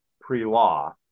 pre-law